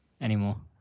anymore